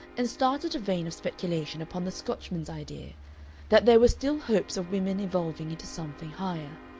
and started a vein of speculation upon the scotchman's idea that there were still hopes of women evolving into something higher.